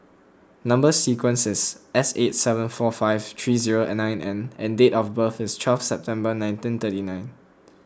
Number Sequence is S eight seven four five three zero nine N and date of birth is twelve September nineteen thirty nine